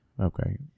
Okay